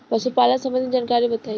पशुपालन सबंधी जानकारी बताई?